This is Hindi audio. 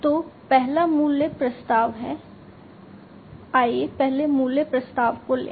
तो पहला मूल्य प्रस्ताव है आइए पहले मूल्य प्रस्ताव को लें